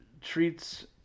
treats